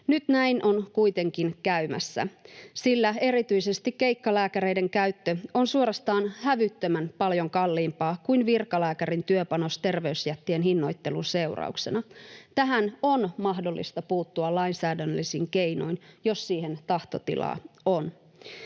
hinnoittelun seurauksena erityisesti keikkalääkäreiden käyttö on suorastaan hävyttömän paljon kalliimpaa kuin virkalääkärin työpanos. Tähän on mahdollista puuttua lainsäädännöllisin keinoin, jos siihen tahtotilaa on.